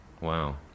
wow